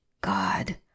god